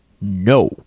No